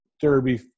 Derby